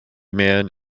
man